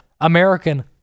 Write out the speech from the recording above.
American